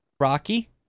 Rocky